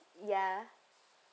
ya